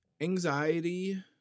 anxiety